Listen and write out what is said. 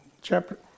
chapter